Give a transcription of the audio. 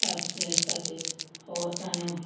ताचे खातीर हो ताणें